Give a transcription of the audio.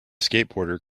skateboarder